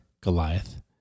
Goliath